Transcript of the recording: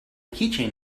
keychain